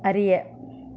அறிய